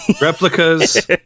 replicas